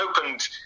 opened